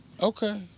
Okay